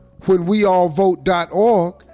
whenweallvote.org